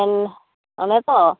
ᱚᱞᱻ ᱚᱱᱮᱛᱚ